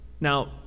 Now